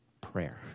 prayer